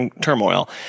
turmoil